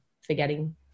forgetting